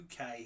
UK